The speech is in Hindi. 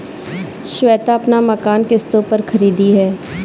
श्वेता अपना मकान किश्तों पर खरीदी है